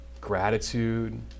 gratitude